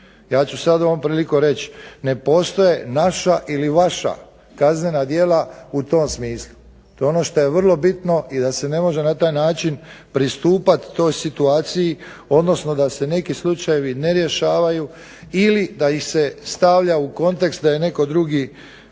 Ja ću sada ovom priliko reći, ne postoje vaša ili naša kaznena djela u tom smislu, to je ono što je vrlo bitno i da se ne može na taj način pristupati toj situaciji odnosno da se neki slučajevi ne rješavaju ili da ih se stavlja u kontekst da je netko drugi